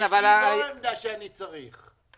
היא לא העמדה שאני צריך,